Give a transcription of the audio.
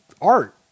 art